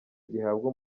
gihabwa